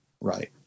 Right